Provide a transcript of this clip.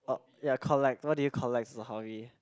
oh ya collect what do you collect as a hobby